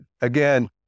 again